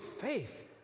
faith